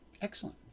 Excellent